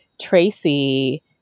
Tracy